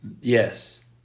Yes